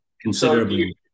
considerably